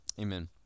Amen